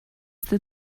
that